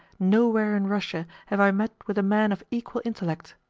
nowhere in russia have i met with a man of equal intellect.